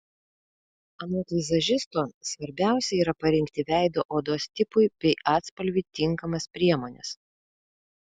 anot vizažisto svarbiausia yra parinkti veido odos tipui bei atspalviui tinkamas priemones